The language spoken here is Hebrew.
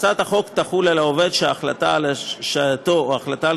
הצעת החוק תחול על עובד שההחלטה על השעייתו או ההחלטה על